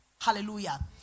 Hallelujah